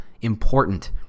important